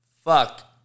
Fuck